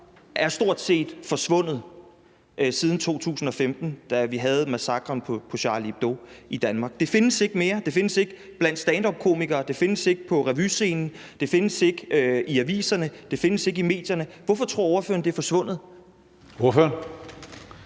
stort set er forsvundet i Danmark siden 2015, hvor vi havde massakren på Charlie Hebdo? Det findes ikke mere; det findes ikke blandt standupkomikere; det findes ikke på revyscenen; det findes ikke i aviserne; det findes ikke i medierne. Hvorfor tror ordføreren det er forsvundet? Kl.